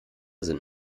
sind